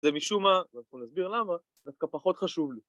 זה משום מה, ואנחנו נסביר למה, זה דווקא פחות חשוב לי